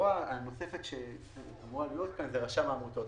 הזרוע הנוספת שאמורה להיות פה זה רשם העמותות.